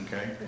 okay